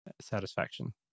satisfaction